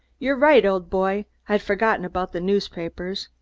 you're right, old boy! i'd forgotten about the newspapers.